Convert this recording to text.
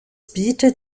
bietet